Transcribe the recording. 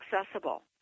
accessible